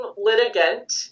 litigant